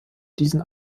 diesen